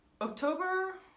October